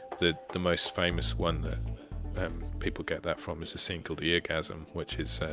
the the most famous one that people get that from is a scene called eargasm which is